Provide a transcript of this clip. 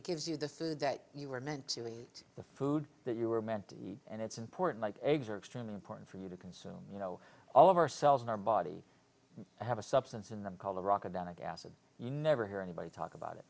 it gives you the food that you were meant to eat the food that you were meant to eat and it's important like eggs are extremely important for you to consume you know all of our cells in our body have a substance in them called a rocket and a gas and you never hear anybody talk about it